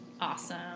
Awesome